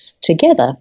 together